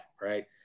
right